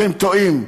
אתם טועים.